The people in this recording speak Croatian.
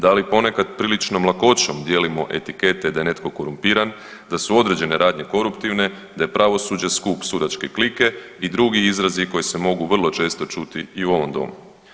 Da li ponekad priličnom lakoćom dijelom etikete da je netko korumpiran, da su određene radnje koruptivne, da je pravosuđe skup sudačke klike i drugi izrazi koji se mogu vrlo često čuti i u ovom domu.